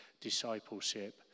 discipleship